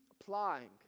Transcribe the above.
applying